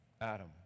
Adam